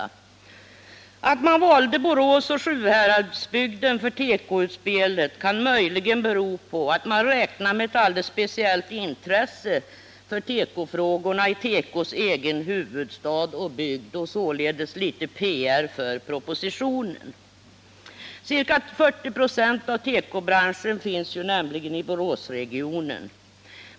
Att man valde Borås och Sjuhäradsbygden för tekoutspelet kan möjligen bero på att man räknade med ett alldeles speciellt intresse för tekofrågorna i tekos egen huvudstad och bygd — och således litet PR för propositionen. Ca 40 96 av tekobranschen finns nämligen i Boråsregionen.